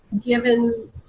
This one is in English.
given